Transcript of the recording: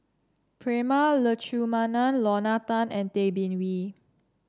Prema Letchumanan Lorna Tan and Tay Bin Wee